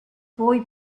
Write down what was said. boy